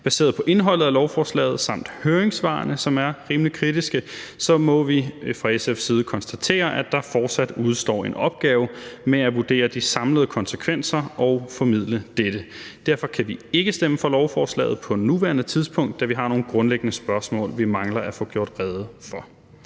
Baseret på indholdet af lovforslaget samt høringssvarene, som er rimelig kritiske, må vi fra SF's side konstatere, at der fortsat udestår en opgave med at vurdere de samlede konsekvenser og formidle dette. Derfor kan vi ikke stemme for lovforslaget på nuværende tidspunkt, da vi har nogle grundlæggende spørgsmål, som vi mangler at få gjort rede for.